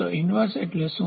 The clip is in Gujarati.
તો ઈન્વર્સ એટલે શું